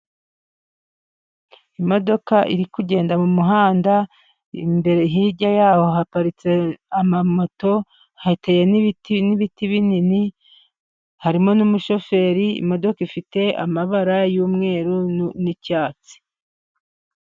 Imodoka iri kugenda mu muhanda, imbere hirya yayo haparitse amamoto hateye n'ibiti binini harimo n'umushoferi, imodoka ifite amabara y'umweru n' icyatsi.